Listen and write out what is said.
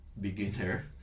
beginner